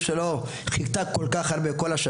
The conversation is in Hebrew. הטיול שאליו ציפתה כל השנה,